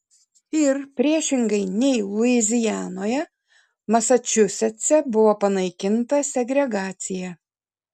ir priešingai nei luizianoje masačusetse buvo panaikinta segregacija